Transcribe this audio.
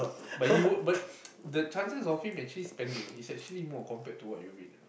but you'll but the chances of of him spending it's actually more compared to what you win you know